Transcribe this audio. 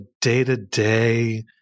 day-to-day